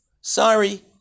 sorry